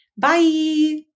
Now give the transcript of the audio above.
Bye